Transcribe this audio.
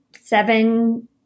seven